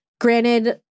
granted